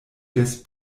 des